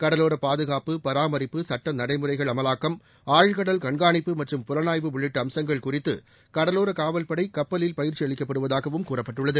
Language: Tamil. கடலோர பாதுகாப்பு பராமரிப்பு சட்ட நடைமுறைகள் அமலாக்கம் ஆழ்கடல் கண்காணிப்பு மற்றும் புலனாய்வு உள்ளிட்ட அம்சங்கள் குறித்து கடலோர காவல்படை கப்பலில் பயிற்சி அளிக்கப்படுவதாகவும் கூறப்பட்டுள்ளது